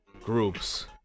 groups